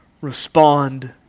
Respond